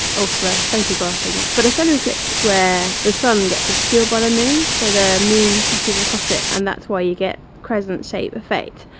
or for photographing it! but a solar eclipse is where the sun, gets obscured by the moon, so the moon crosses across it. and that's why you get crescent shape effect,